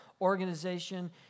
organization